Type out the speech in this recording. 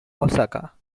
osaka